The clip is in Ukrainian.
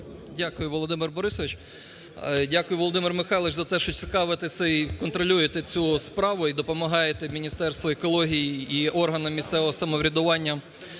Дякую, Володимир Борисович. Дякую, Володимир Михайлович, за те, що цікавитесь цією, контролюєте цю справу і допомагаєте Міністерству екології і органам місцевого самоврядування